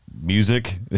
music